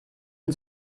ein